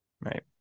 right